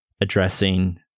addressing